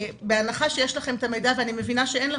בהנחה שיש לכם את המידע ואני מבינה שאין לכם,